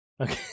okay